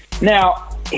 Now